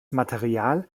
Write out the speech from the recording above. material